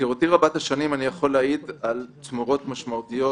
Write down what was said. אני יכול להעיד על תמורות משמעותיות